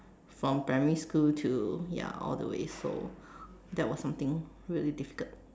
from primary school to ya all the way so that was something really difficult